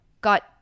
got